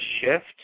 shift